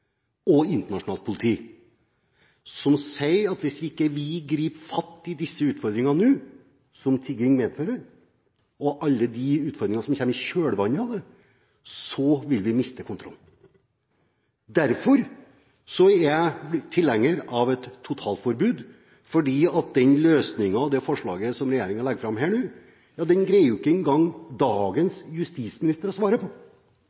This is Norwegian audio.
og internasjonalt politi, som sier at hvis vi ikke griper fatt i disse utfordringene som tigging medfører nå, og alle de utfordringene som kommer i kjølvannet av det, vil vi miste kontrollen. Derfor er jeg tilhenger av et totalforbud – for den løsningen og det forslaget som regjeringen legger fram her nå, greier ikke engang